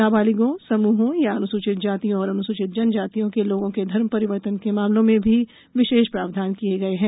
नाबालिगों समूहों या अनुसूचित जातियों और अन्सूचित जनजातियों के लोगों के धर्म परिवर्तन के मामलों में भी विशेष प्रावधान किए गए हैं